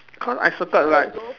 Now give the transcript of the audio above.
cause I circled like